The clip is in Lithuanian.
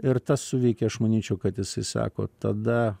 ir tas suveikė aš manyčiau kad jisai sako tada